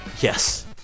Yes